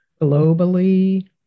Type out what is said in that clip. globally